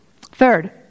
Third